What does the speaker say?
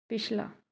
ਪਿਛਲਾ